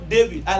David